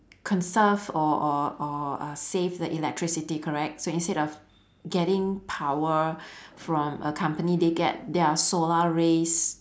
conserve or or or uh save the electricity correct so instead of getting power from a company they get their solar rays